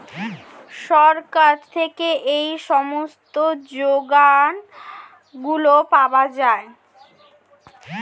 সরকার থেকে এই সমস্ত যোজনাগুলো পাওয়া যায়